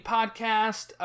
Podcast